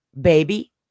Baby